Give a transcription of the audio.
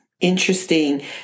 interesting